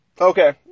Okay